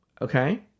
Okay